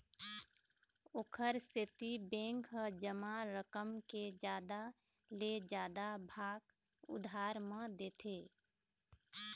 ओखर सेती बेंक ह जमा रकम के जादा ले जादा भाग उधार म देथे